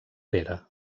pere